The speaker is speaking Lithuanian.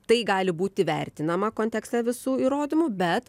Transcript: tai gali būti vertinama kontekste visų įrodymų bet